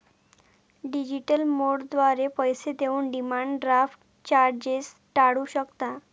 digital मोडद्वारे पैसे देऊन डिमांड ड्राफ्ट चार्जेस टाळू शकता